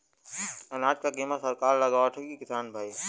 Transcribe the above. अनाज क कीमत सरकार लगावत हैं कि किसान भाई?